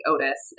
Otis